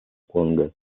конго